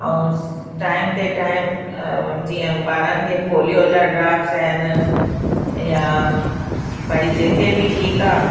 ऐं टाइम ते टाइम जीअं ॿारनि खे पोलियो जा ड्राप्स आहिनि या भाई जेके बि टीका